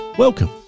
Welcome